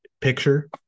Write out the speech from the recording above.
picture